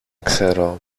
ξέρω